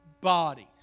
bodies